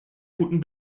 guten